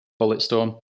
Bulletstorm